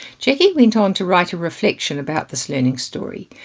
jacqui went on to write a reflection about this learning story.